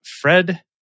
Fred